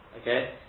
Okay